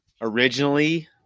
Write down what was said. originally